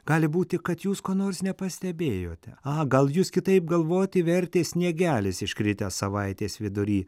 gali būti kad jūs ko nors nepastebėjote o gal jūs kitaip galvoti vertė sniegelis iškritęs savaitės vidury